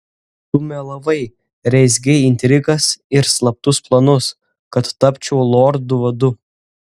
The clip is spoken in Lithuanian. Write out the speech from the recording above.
tu melavai rezgei intrigas ir slaptus planus kad tapčiau lordu vadu